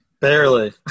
Barely